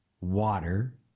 water